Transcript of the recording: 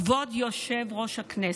כבוד יושב-ראש הכנסת,